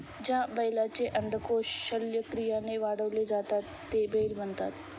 ज्या बैलांचे अंडकोष शल्यक्रियाने काढले जातात ते बैल बनतात